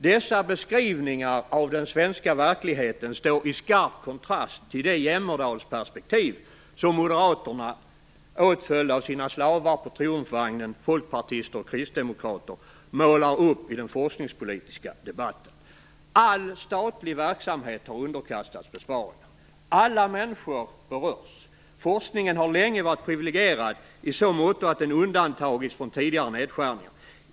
Dessa beskrivningar av den svenska verkligheten står i skarp kontrast till det jämmerdalsperspektiv som moderaterna åtföljda av sina slavar på triumfvagnen - folkpartister och kristdemokrater - målar upp i den forskningspolitiska debatten. All statlig verksamhet har underkastats besparingar. Alla människor berörs. Forskningen har länge varit privilegierad i så måtto att den undantagits från tidigare nedskärningar.